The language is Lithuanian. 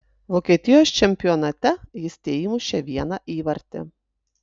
vokietijos čempionate jis teįmušė vieną įvartį